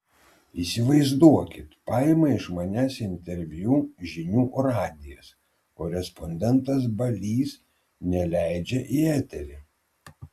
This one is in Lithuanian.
įsivaizduokit paima iš manęs interviu žinių radijas korespondentas balys neleidžia į eterį